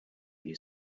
you